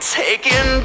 taken